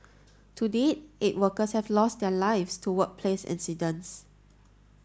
to date eight workers have lost their lives to workplace incidents